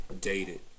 dated